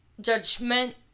judgment